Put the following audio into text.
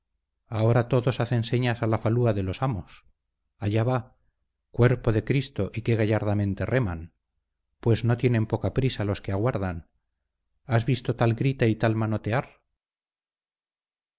ahora todos hacen señas a la falúa de los amos allá va cuerpo de cristo y qué gallardamente reman pues no tienen poca prisa los que aguardan has visto tal grita y tal manotear